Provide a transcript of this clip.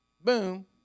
Boom